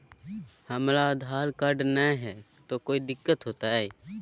हमरा आधार कार्ड न हय, तो कोइ दिकतो हो तय?